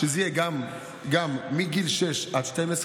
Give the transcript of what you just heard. שזה יהיה גם בגיל 6 12,